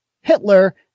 Hitler